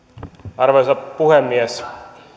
arvoisa puhemies